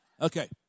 Okay